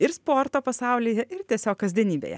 ir sporto pasaulyje ir tiesiog kasdienybėje